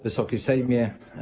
Wysoki Sejmie!